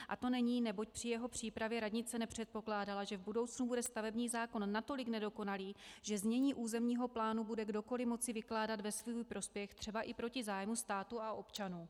A to není, neboť při jeho přípravě radnice nepředpokládala, že v budoucnu bude stavební zákon natolik nedokonalý, že znění územního plánu bude kdokoli moci vykládat ve svůj prospěch třeba i proti zájmu státu a občanů.